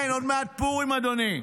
כן, עוד מעט פורים, אדוני.